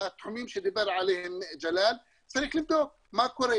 התחומים שדיבר עליהם ג'לאל צריך לבדוק מה קורה.